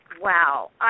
Wow